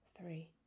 three